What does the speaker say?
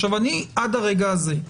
עד הרגע הזה,